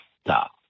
stop